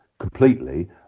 completely